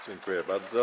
Dziękuję bardzo.